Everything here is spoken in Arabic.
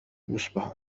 يصبح